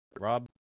Rob